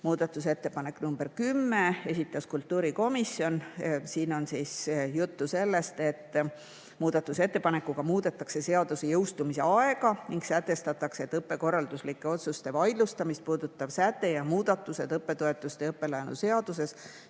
Muudatusettepaneku nr 10 esitas kultuurikomisjon. Siin on juttu sellest, et muudetakse seaduse jõustumise aega ning sätestatakse, et õppekorralduslike otsuste vaidlustamist puudutav säte ja muudatused õppetoetuste ja õppelaenu seaduses